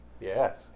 Yes